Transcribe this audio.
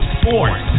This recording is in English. sports